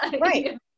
right